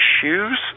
shoes